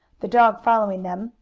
the dog following them,